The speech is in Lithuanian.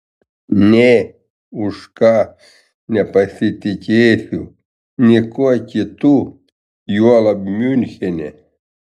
nė už ką nepasitikėsiu niekuo kitu juolab miunchene